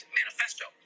manifesto